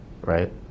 right